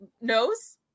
knows